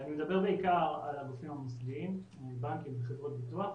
אני מדבר בעיקר על הגופים המוסדיים בנקים וחברות ביטוח.